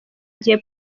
gihe